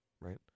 right